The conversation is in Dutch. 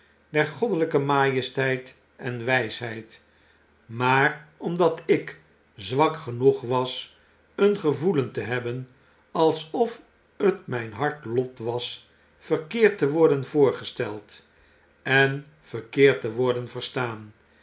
der goddelpe majesteit en wysheid maar omdat ik zwak genog was een gevoelen te hebben alsof het myn hard lot was verkeerd te worden voorgesteld en verkeerd te worden verstaan